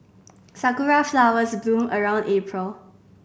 sakura flowers bloom around April